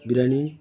biryani